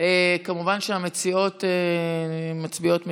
כמובן שהמציעות מצביעות מכאן.